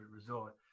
resort